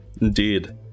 indeed